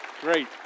Great